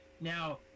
Now